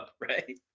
Right